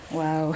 wow